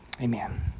Amen